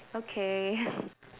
okay